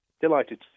Delighted